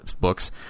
books